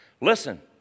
Listen